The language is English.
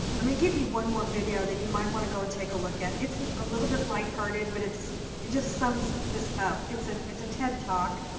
i'm gonna give you one more video that you might want to go and take a look at. it's a little bit light hearted, but it just sums this up. it's ah it's a ted talk,